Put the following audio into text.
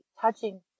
touching